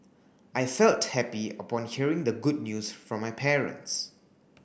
I felt happy upon hearing the good news from my parents